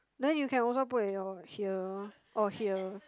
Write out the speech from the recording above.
then you can also put at your here or here